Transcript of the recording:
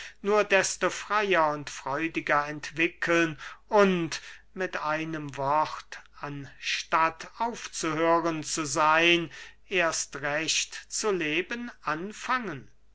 nur desto freyer und freudiger entwickeln und mit einem wort anstatt aufzuhören zu seyn erst recht zu leben anfangen